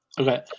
Okay